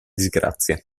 disgrazia